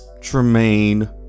Tremaine